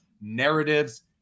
narratives